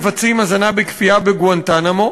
שהאמריקנים מבצעים הזנה בכפייה בגואנטנמו,